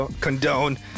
condone